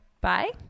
Bye